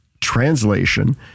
translation